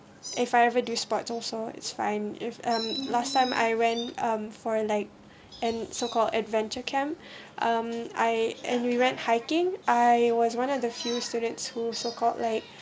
if I ever do sports also it's fine if um last time I ran um for a like and so called adventure camp um I and we went hiking I was one of the few students who so called like